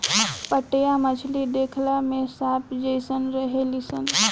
पाटया मछली देखला में सांप जेइसन रहेली सन